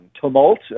tumult